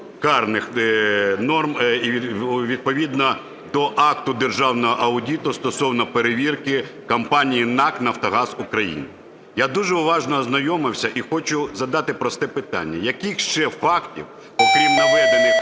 карних норм і відповідно до акту державного аудиту стосовно перевірки компанії НАК "Нафтогаз України". Я дуже уважно ознайомився і хочу задати просте питання. Яких ще фактів, окрім наведених